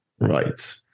Right